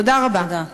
תודה רבה.